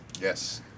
Yes